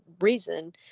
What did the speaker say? reason